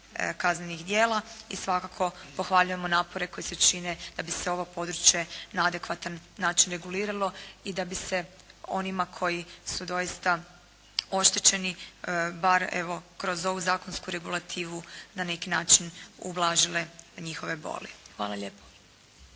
kaznenih djela i svakako pohvaljujemo napore koji se čine da bi se ovo područje na adekvatan način reguliralo i da bi se onima koji su doista oštećeni bar evo kroz ovu zakonsku regulativu na neki način ublažile njihove boli. Hvala lijepo.